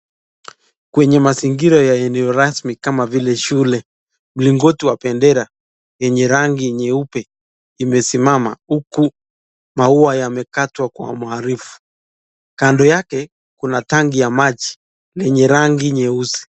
Kwenye mazingira ya eneo rasmi kama vile shule mlingoti wa bendera yenye rangi nyeupe imesimama huku maua yamekatwa kwa umaarufu. Kando yake kuna tanki ya rangi lenye rangi nyeusi.